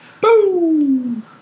Boom